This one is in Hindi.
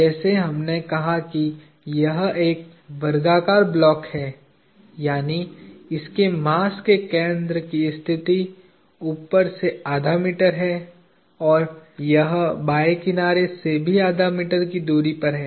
जैसे हमने कहा कि यह एक वर्गाकार ब्लॉक है यानी इसके मास के केंद्र की स्थिति ऊपर से आधा मीटर है और यह बाएं किनारे से भी आधा मीटर की दूरी पर है